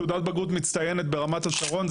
תעודת בגרות מצטיינת ברמת השרון,